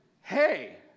hey